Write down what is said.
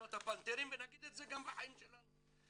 בשנות הפנתרים ונגיד את זה גם בחיים שלנו.